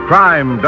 Crime